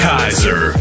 Kaiser